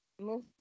Move